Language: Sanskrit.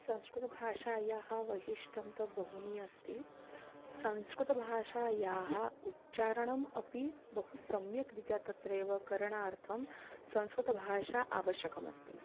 संस्कृतभाषायाः वैशिष्टं तु बहूनि अस्ति संस्कृतभाषायाः उच्चारणम् अपि बहु सम्यक्रीत्या तत्रेव करणार्थं संस्कृतभाषा आवश्यकमस्ति